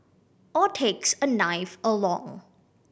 or takes a knife along